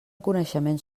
coneixements